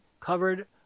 covered